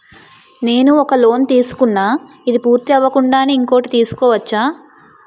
నేను ఒక లోన్ తీసుకున్న, ఇది పూర్తి అవ్వకుండానే ఇంకోటి తీసుకోవచ్చా?